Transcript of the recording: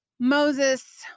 Moses